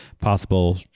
possible